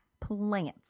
plants